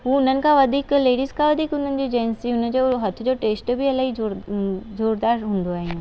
हूअ उननि खां वधीक लेडीज खां वधीक उन्हनि जेंट्स जो हथ जो टेस्ट बि इलाही जोर ज़ोरदारु हूंदो आहे